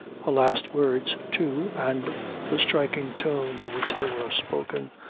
her last words, too, and the striking tone in which they were spoken,